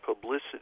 publicity